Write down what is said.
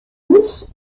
hús